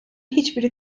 hiçbiri